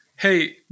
Hey